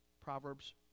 Proverbs